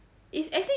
is actually